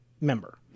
member